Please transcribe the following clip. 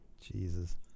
Jesus